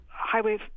highway